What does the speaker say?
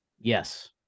Yes